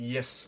Yes